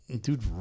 Dude